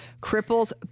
Cripples